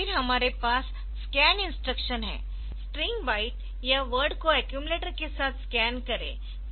फिर हमारे पास स्कैन इंस्ट्रक्शन है स्ट्रिंग बाइट या वर्ड को अक्यूमलेटर के साथ स्कैन करें